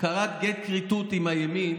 כרת גט כריתות עם הימין